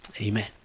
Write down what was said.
amen